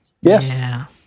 yes